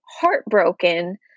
heartbroken